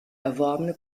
erworbene